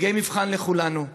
רגעי מבחן לכולנו.